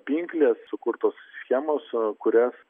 pinklės sukurtos schemos kurias